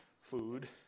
food